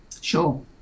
Sure